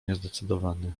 niezdecydowany